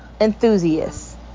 enthusiasts